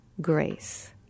grace